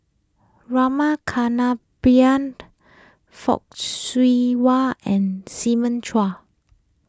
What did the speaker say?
Rama Kannabiran Fock Siew Wah and Simon Chua